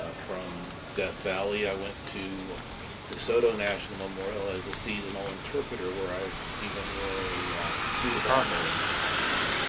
from death valley i went to desoto national memorial as a seasonal interpreter, where i even wore a suit of armor once upon a time.